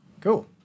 Cool